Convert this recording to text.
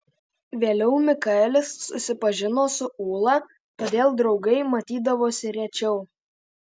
vėliau mikaelis susipažino su ūla todėl draugai matydavosi rečiau